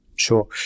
sure